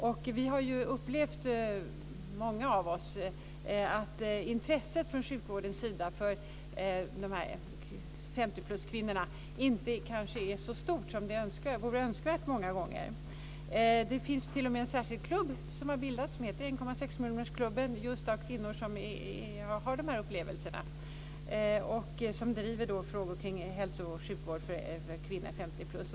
Många av oss har upplevt att intresset från sjukvårdens sida för dessa kvinnor som är 50 plus många gånger inte är så stort som vore önskvärt Det har t.o.m. bildats en särskild klubb, 1,6 miljonersklubben, just för kvinnor som har dessa upplevelser. Den driver frågor omkring hälso och sjukvård för kvinnor som är 50-plus.